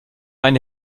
eine